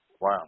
Wow